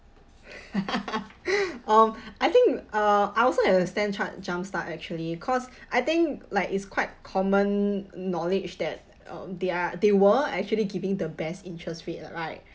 um I think uh I also have a StanChart jump start actually cause I think like it's quite common knowledge that uh they're they were actually giving the best interest rate right